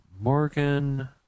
Morgan